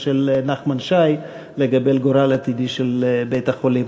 של נחמן שי לגבי הגורל העתידי של בית-החולים.